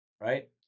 right